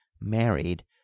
married